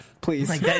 Please